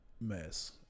mess